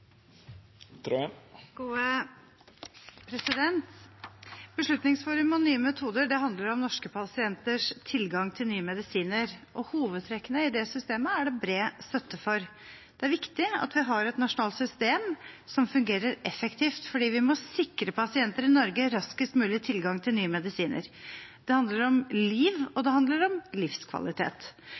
Beslutningsforum for nye metoder handler om norske pasienters tilgang til nye medisiner. Hovedtrekkene i det systemet er det bred støtte for. Det er viktig at vi har et nasjonalt system som fungerer effektivt, for vi må sikre pasienter i Norge raskest mulig tilgang til nye medisiner. Det handler om liv, og det handler om livskvalitet.